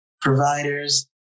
providers